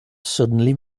suddenly